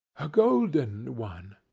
a golden one.